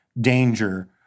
danger